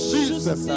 Jesus